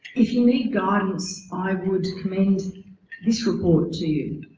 if you need guidance i would commend this report to you